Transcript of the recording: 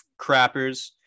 crappers